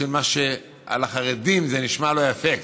על החרדים זה נשמע לא יפה,